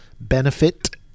benefit